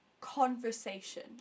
conversation